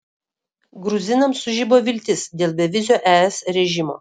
gruzinams sužibo viltis dėl bevizio es režimo